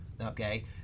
okay